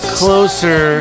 closer